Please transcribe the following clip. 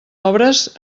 obres